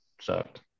sucked